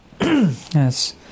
Yes